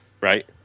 right